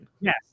Yes